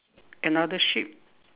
another sheep